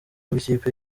bw’ikipe